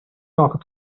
doctor